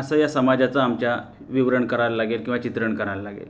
असं या समाजाचं आमच्या विवरण करायला लागेल किंवा चित्रण करायला लागेल